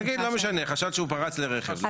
לא משנה, חשד שהוא פרץ לרכב.